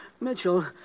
Mitchell